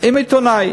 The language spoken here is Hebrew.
עם עיתונאי.